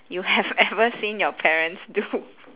you have ever seen your parents do